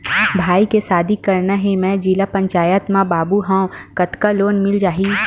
भाई के शादी करना हे मैं जिला पंचायत मा बाबू हाव कतका लोन मिल जाही?